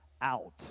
out